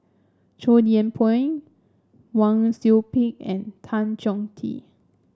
Chow Yian Ping Wang Sui Pick and Tan Chong Tee